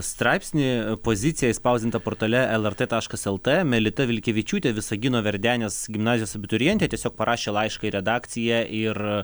straipsnį pozicija išspausdinta portale lrt taškas lt melita vilkevičiūtė visagino verdenės gimnazijos abiturientė tiesiog parašė laišką į redakciją ir